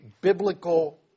biblical